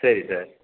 சரி சார்